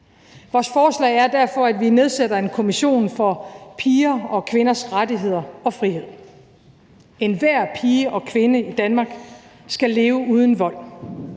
Vores forslag er derfor, at vi nedsætter en kommission for piger og kvinders rettigheder og frihed. Enhver pige og kvinde i Danmark skal leve uden vold